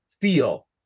feel